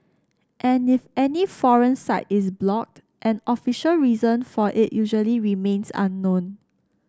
and if any foreign site is blocked an official reason for it usually remains unknown